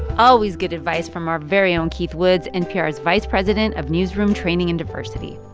always good advice from our very own keith woods, npr's vice president of newsroom training and diversity